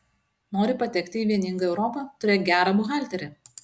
nori patekti į vieningą europą turėk gerą buhalterį